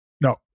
No